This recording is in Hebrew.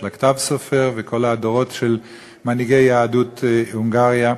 של ה"כתב סופר" וכל הדורות של מנהיגי יהדות הונגריה.